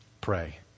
Pray